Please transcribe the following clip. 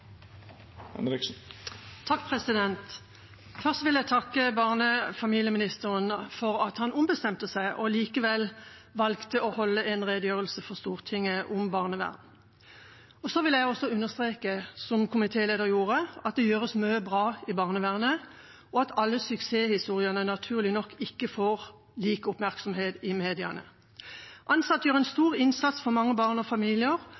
Først vil jeg takke barne- og familieministeren for at han ombestemte seg og likevel valgte å holde en redegjørelse for Stortinget om barnevernet. Så vil jeg understreke, som komitélederen gjorde, at det gjøres mye bra i barnevernet, og at alle suksesshistoriene naturlig nok ikke får oppmerksomhet i mediene. Ansatte gjør en stor innsats for mange barn og familier,